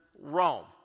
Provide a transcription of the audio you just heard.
Rome